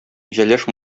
җәләш